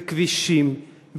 וכבישים,